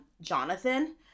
Jonathan